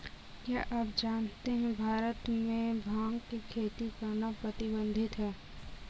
क्या आप जानते है भारत में भांग की खेती करना प्रतिबंधित है?